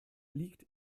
liegt